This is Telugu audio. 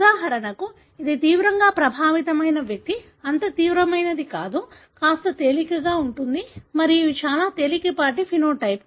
ఉదాహరణకు ఇది తీవ్రంగా ప్రభావితమైన వ్యక్తి అంత తీవ్రమైనది కాదు కాస్త తేలికగా ఉంటుంది మరియు ఇవి చాలా తేలికపాటి సమలక్షణం